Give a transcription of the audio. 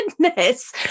goodness